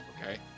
okay